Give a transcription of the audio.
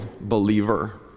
believer